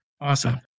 Awesome